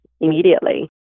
immediately